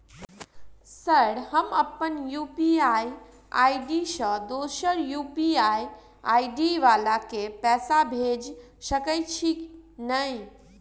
Sir हम अप्पन UPI ID सँ दोसर यु.पी.आई आई.डी वला केँ पैसा भेजि सकै छी नै?